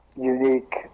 unique